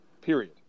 period